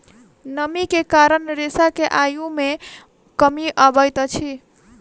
नमी के कारण रेशा के आयु मे कमी अबैत अछि